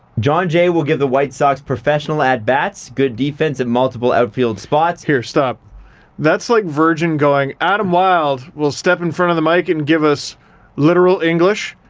john jay will give the white sox professional at-bats, good defense at multiple outfield spots. here, stop that's like virgin going, adam wylde will step in front of the mic and give us literal english,